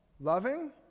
Loving